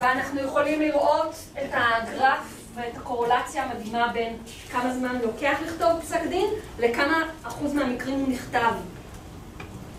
ואנחנו יכולים לראות את הגרף ואת הקורולציה המדהימה בין כמה זמן לוקח לכתוב פסק דין לכמה אחוז מהמקרים הוא נכתב.